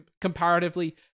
comparatively